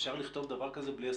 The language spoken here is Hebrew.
אפשר לכתוב דבר כזה בלי הסכמתכם?